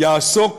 יעסוק